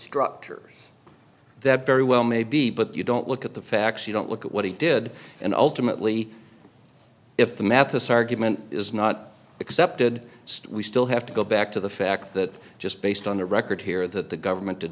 structure that very well may be but you don't look at the facts you don't look at what he did and ultimately if the mathis argument is not accepted we still have to go back to the fact that just based on the record here that the government did